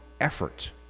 effort